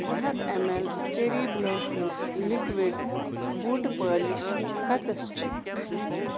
زٕ ہتھ M L cherry blossom liquid بوٗٹہ پٲلِش کَتیٚس چھ